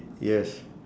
yes